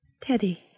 Teddy